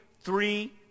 three